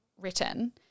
written